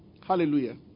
Hallelujah